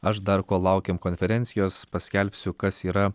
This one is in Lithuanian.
aš dar kol laukiam konferencijos paskelbsiu kas yra